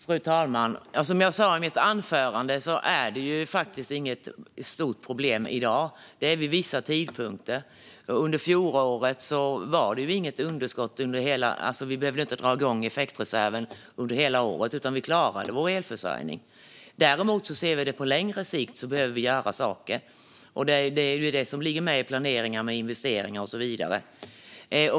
Fru talman! Som jag sa i mitt huvudanförande är detta faktiskt inget stort problem i dag. Det är fråga om vissa tidpunkter. Under fjolåret var det inget underskott. Vi behövde inte dra igång effektreserven under hela året, utan vi klarade vår elförsörjning. Däremot ser vi att vi behöver göra saker på längre sikt, och det ligger med i planeringen av investeringar och så vidare.